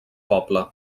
poble